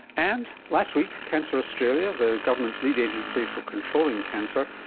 and last week cancer australia, the government's lead agency for controlling cancer,